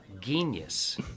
genius